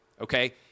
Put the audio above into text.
Okay